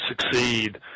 succeed